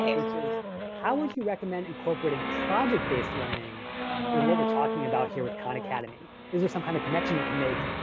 which is how would you recommend incorporating project based learning with what we're talking about here with khan academy? is there some kind of connection you can make,